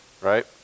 right